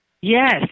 Yes